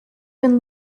been